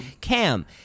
Cam